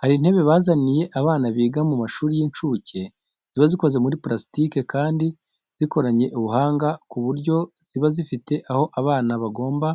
Hari intebe bazaniye abana biga mu mashuri y'inshuke, ziba zikoze muri parasitike kandi zikoranye ubuhanga ku buryo ziba zifite aho abana bagomba